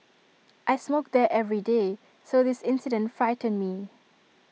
I smoke there every day so this incident frightened me